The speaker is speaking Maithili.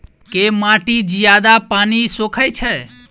केँ माटि जियादा पानि सोखय छै?